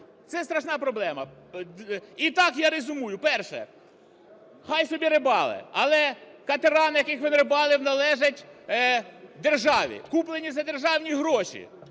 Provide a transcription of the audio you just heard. Це страшна проблема. Ітак, я резюмую. Перше. Хай собі рибалить, але катера, на яких він рибалив, належать державі, куплені за державні гроші.